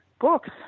books